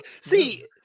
See